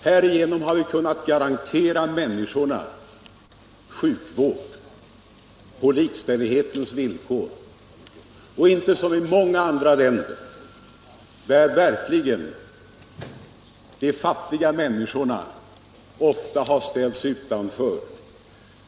Härigenom har vi kunnat garantera människorna sjukvård på likställighetens villkor till skillnad från många andra länder, där verkligen de fattiga människorna ofta har ställts utanför.